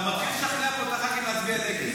אתה מתחיל לשכנע ח"כים להצביע נגד.